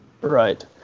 right